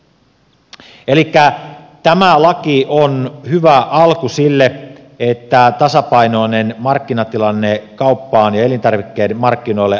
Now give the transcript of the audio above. elikkä tämä laki on hyvä alku sille että tasapainoinen markkinatilanne kauppaan ja elintarvikemarkkinoille aikaansaadaan